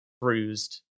bruised